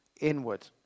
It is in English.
inward